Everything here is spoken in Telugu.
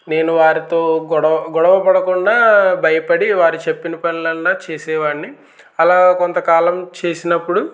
నేను వారితో గొడవ గొడవ పడకుండా భయపడి వారు చెప్పిన పనులల్లా చేసేవాన్ని అలా కొంతకాలం చేసినప్పుడు